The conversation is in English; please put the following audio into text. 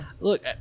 Look